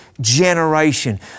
generation